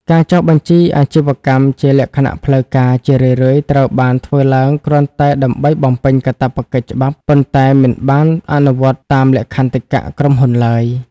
ការចុះបញ្ជីអាជីវកម្មជាលក្ខណៈផ្លូវការជារឿយៗត្រូវបានធ្វើឡើងគ្រាន់តែដើម្បីបំពេញកាតព្វកិច្ចច្បាប់ ប៉ុន្តែមិនបានអនុវត្តតាមលក្ខន្តិកៈក្រុមហ៊ុនឡើយ។